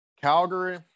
Calgary